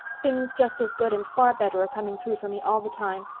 things just as good and far better are coming true for me all the time.